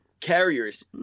carriers